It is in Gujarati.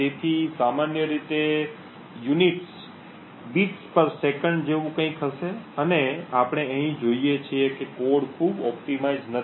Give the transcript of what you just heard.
તેથી સામાન્ય રીતે એકમો 'બીટ્સ પર સેકન્ડ' જેવું કંઈક હશે અને આપણે અહીં જોઈએ છીએ કે કોડ ખૂબ ઓપ્ટિમાઇઝ નથી